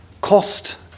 cost